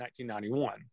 1991